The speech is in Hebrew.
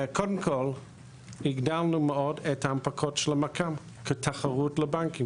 קודם כל הגדלנו מאוד את ההנפקות של המק"מ כתחרות לבנקים,